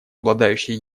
обладающие